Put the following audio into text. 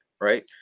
right